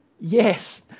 Yes